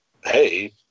Hey